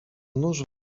nuż